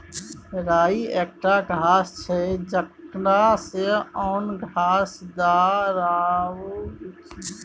राइ एकटा घास छै जकरा सँ ओन, घाल आ दारु तीनु काज लेल जाइ छै